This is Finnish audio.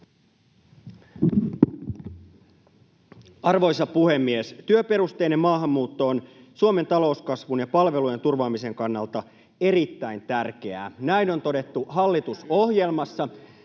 Arvoisa puhemies! Työperusteinen maahanmuutto on Suomen talouskasvun ja palvelujen turvaamisen kannalta erittäin tärkeää. Näin on todettu hallitusohjelmassa.